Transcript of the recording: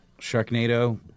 Sharknado